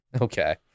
Okay